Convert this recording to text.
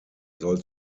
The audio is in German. soll